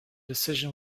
decision